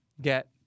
get